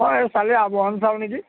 মই চালে আবাহন চাওঁ নেকি